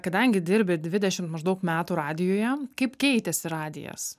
kadangi dirbi dvidešim maždaug metų radijuje kaip keitėsi radijas